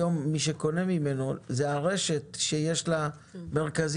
היום מי שקונה ממנו היא הרשת שיש לה מרכזים